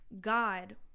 God